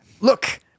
look